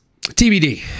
TBD